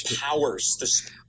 powers